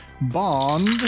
Bond